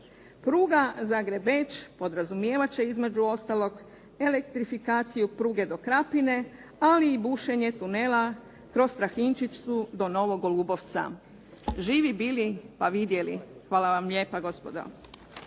Pruga Zagreb-Beč podrazumijevat će između ostalog elektrifikaciju pruge do Krapine, ali i bušenje tunela kroz Strahinčica do Novog Golubovca. Živi bili, pa vidjeli. Hvala vam lijepa gospodo.